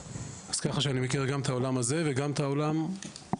אז ככה שאני מכיר גם את העולם הזה וגם את העולם השני.